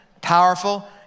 powerful